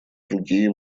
другие